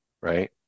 right